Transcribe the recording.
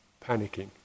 panicking